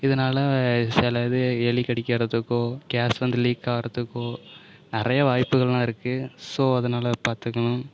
இதனால் சிலது எலி கடிக்கிறதுக்கோ கேஸ் வந்து லீக் ஆகிறதுக்கோ நிறைய வாய்ப்புகள்லாம் இருக்கு ஸோ அதனால பார்த்துக்கணும்